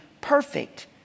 perfect